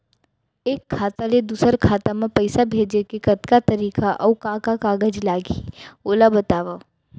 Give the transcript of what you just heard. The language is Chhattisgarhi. एक खाता ले दूसर खाता मा पइसा भेजे के कतका तरीका अऊ का का कागज लागही ओला बतावव?